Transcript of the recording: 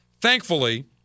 Thankfully